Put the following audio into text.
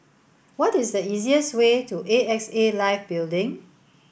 what is the easiest way to A X A Life Building